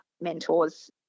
mentors